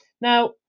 now